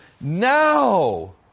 now